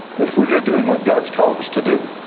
but if we're here doing what god's called us to do